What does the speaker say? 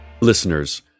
Listeners